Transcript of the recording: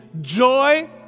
joy